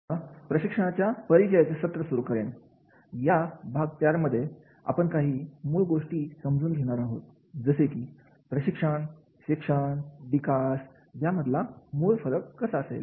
आता प्रशिक्षणाच्या परिचयाचे सत्र सुरू करेल या भाग 4 मध्ये आपण काही मूळ गोष्टी समजून घेणारा आहोत जसे की प्रशिक्षण शिक्षण विकास यामधला मूळ फरक कसा असेल